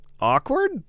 Awkward